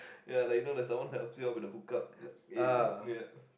ya like you know there's someone helps you out with a hook up like eh ya